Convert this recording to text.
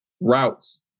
routes